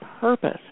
purpose